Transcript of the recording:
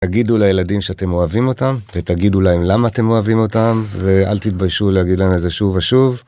תגידו לילדים שאתם אוהבים אותם ותגידו להם למה אתם אוהבים אותם ואל תתביישו להגיד להם את זה שוב ושוב.